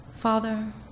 Father